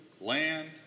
land